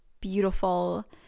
beautiful